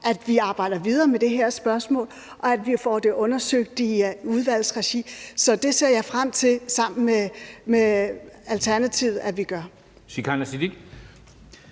at vi arbejder videre med det her spørgsmål, og at vi får det undersøgt i udvalgsregi. Så det ser jeg frem til sammen med Alternativet at vi gør.